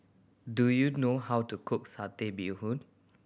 do you know how to cook Satay Bee Hoon